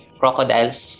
crocodiles